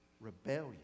rebellion